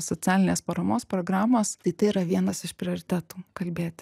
socialinės paramos programos tai tai yra vienas iš prioritetų kalbėti